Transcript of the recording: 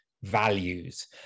values